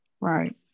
Right